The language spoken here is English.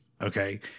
Okay